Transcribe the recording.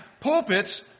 pulpits